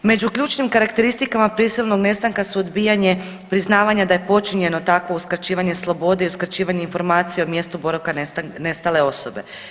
Među ključnim karakteristikama prisilnog nestanka su odbijanje priznavanja da je počinjeno takvo uskraćivanje slobode i uskraćivanje informacija o mjestu boravka nestale osobe.